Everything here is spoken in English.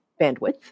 bandwidth